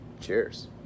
Cheers